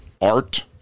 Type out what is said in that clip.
art